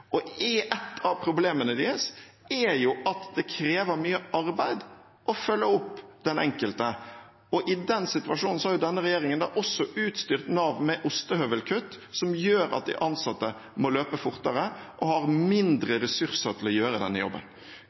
Et av problemene deres er at det krever mye arbeid å følge opp den enkelte. Og i den situasjonen har denne regjeringen også utstyrt Nav med ostehøvelkutt, som gjør at de ansatte må løpe fortere og har mindre ressurser til å gjøre denne jobben.